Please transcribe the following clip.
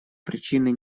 причины